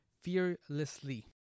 fearlessly